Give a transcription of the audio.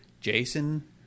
Jason